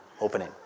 opening